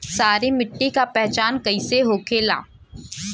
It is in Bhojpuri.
सारी मिट्टी का पहचान कैसे होखेला?